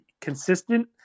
consistent